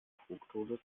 fruktose